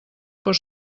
per